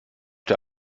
der